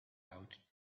out